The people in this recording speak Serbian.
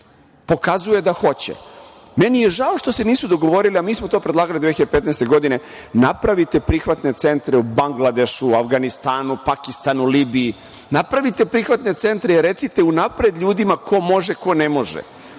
Pokazuje da hoće. Meni je žao što se nisu dogovorili, a mi smo to predlagali 2015. godine, napravite prihvatne centre u Bangladešu, Avganistanu, Pakistanu, Libiji, napravite prihvatne centre i recite unapred ljudima ko može, ko ne može.